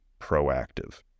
proactive